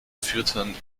führten